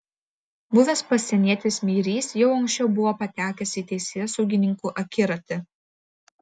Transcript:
buvęs pasienietis meirys jau anksčiau buvo patekęs į teisėsaugininkų akiratį